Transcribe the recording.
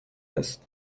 است